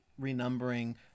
renumbering